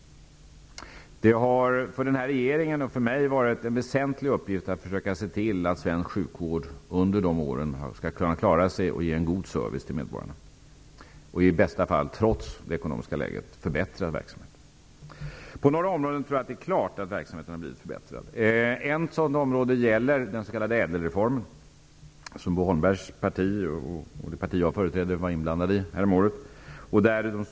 Det har för den här regeringen och för mig varit en väsentlig uppgift att försöka se till att svensk sjukvård under dessa år skall kunna klara sig och ge en god service till medborgarna, och i bästa fall -- trots det ekonomiska läget -- förbättra sin verksamhet. På några områden tror jag att det är klart att verksamheten har blivit förbättrad. Ett sådant område gäller den s.k. ÄDEL-reformen, som Bo Holmbergs parti och det parti jag företräder var inblandade i häromåret.